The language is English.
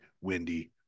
windy